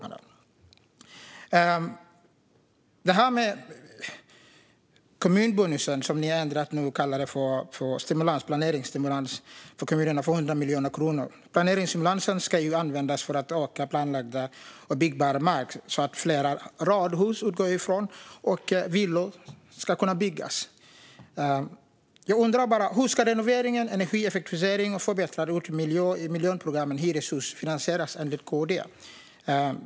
Ni har nu ändrat kommunbonusen och kallar den planeringsstimulans för kommunerna, Larry Söder. Planeringsstimulansen är på 100 miljoner kronor och ska användas för att öka planlagd och byggbar mark så att fler radhus och villor - utgår jag ifrån - ska kunna byggas. Jag undrar bara hur man enligt KD ska finansiera renovering, energieffektivisering och förbättring av utemiljön när det gäller miljonprogrammens hyreshus.